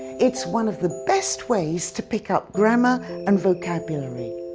it's one of the best ways to pick up grammar and vocabulary.